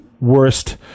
worst